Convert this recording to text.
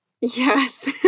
Yes